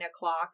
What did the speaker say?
o'clock